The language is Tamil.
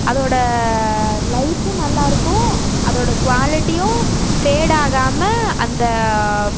அதோட லைஃபும் நல்லாயிருக்கும் அதோட குவாலிட்டியும் ஃபேடாகாமல் அந்த